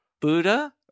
Buddha